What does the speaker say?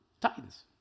Titans